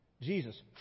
Jesus